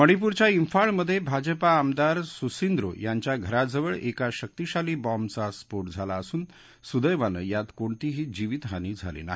मणिपूरच्या फिाळमधे भाजपा आमदार सुसिंद्रो यांच्या घराजवळ एका शक्तीशाली बॉम्बचा स्फोट झाला असून सुदैवानं यात कोणतीही जिवीतहानी झाली नाही